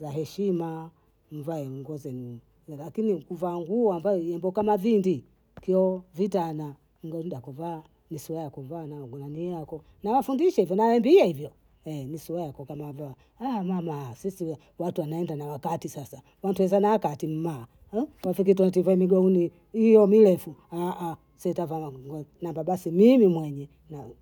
Za heshima, mvae nguo zenu, lakini kuvaa nguo ambayo yembo kama vindi kio vitana. mbie nguo ya kuvaa, ni sura ya kuvaa na nii yako, nawafundisha hivyo, nawambia hivyo, ni suai yako kama vaa, mama sisi watu wanaenda na wakati sasa, wantunza na wakati mma, rafiki eti vae migauni hiyo mirefu sie tavaa namwambia basi mimi mwenye